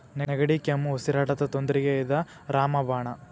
ನೆಗಡಿ, ಕೆಮ್ಮು, ಉಸಿರಾಟದ ತೊಂದ್ರಿಗೆ ಇದ ರಾಮ ಬಾಣ